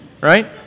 Right